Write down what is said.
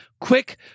quick